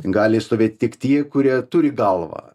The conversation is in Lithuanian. gali stovėti tik tie kurie turi galvą